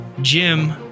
Jim